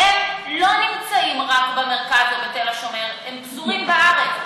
והם לא נמצאים רק במרכז בתל השומר אלא פזורים בארץ.